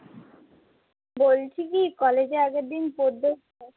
বলছি কি কলেজে আগের দিন পদ্য